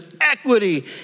equity